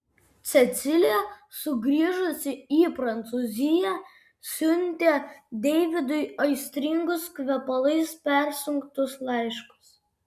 cecilė sugrįžusi į prancūziją siuntė deividui aistringus kvepalais persunktus laiškus